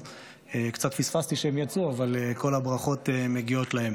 קצת פספסתי והם יצאו, אבל כל הברכות מגיעות להם.